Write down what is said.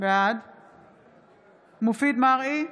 מופיד מרעי,